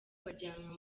bajyanwa